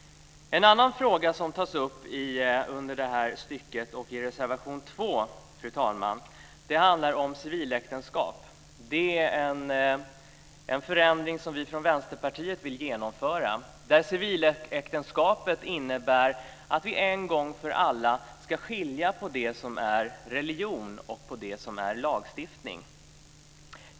En annan fråga som tas upp i det här sammanhanget är det som tas upp i reservation 2. Det gäller s.k. civiläktenskap - en förändring som vi i Vänsterpartiet vill genomföra. Civiläktenskapet innebär att vi en gång för alla skiljer på det som är religion och det som är lagstiftning.